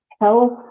health